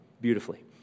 beautifully